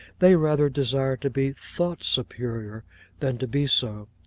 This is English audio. they rather desire to be thought superior than to be so.